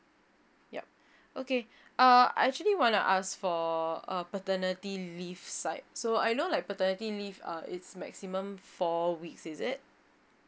yup okay err I actually want to ask for a paternity leave side so I know like paternity leave ah is maximum four weeks is it